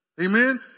Amen